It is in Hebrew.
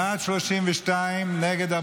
בעד, 32, נגד,